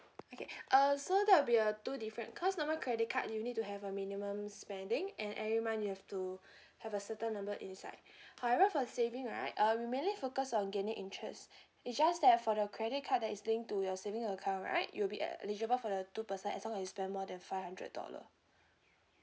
okay uh so that will be a two different cause normal credit card you need to have a minimum spending and every month you have to have a certain number inside however for saving right uh we mainly focus on gaining interest it's just that for the credit card that is linked to your saving account right you'll be uh eligible for the two percent as long as you spend more than five hundred dollar